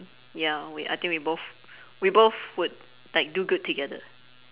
ya we I think we both we both would like do good together